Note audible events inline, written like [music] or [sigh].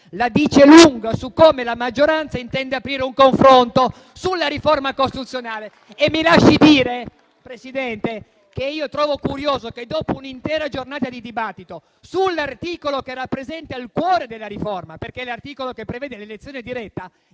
la dice lunga su come la maggioranza intende aprire un confronto sulla riforma costituzionale. [applause] Signora Presidente, mi lasci anche dire che io trovo curioso che, dopo un'intera giornata di dibattito sull'articolo che rappresenta il cuore della riforma, perché è l'articolo che prevede l'elezione diretta